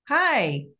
Hi